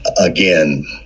again